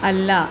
അല്ല